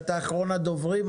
אתה אחרון הדוברים.